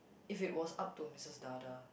if it was up to Missus Dada